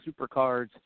supercards